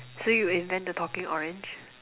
so you will invent the talking orange